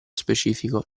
specifico